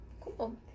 Cool